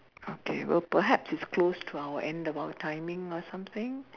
okay well perhaps it's close to our end of our timing lah something